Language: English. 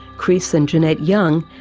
chris and jeanette young,